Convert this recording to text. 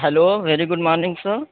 hello very good morning sir